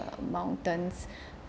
mountains